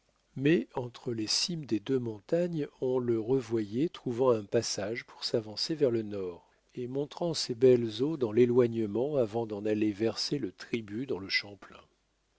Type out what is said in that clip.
mais entre les cimes des deux montagnes on le revoyait trouvant un passage pour s'avancer vers le nord et montrant ses belles eaux dans l'éloignement avant d'en aller verser le tribut dans le champlain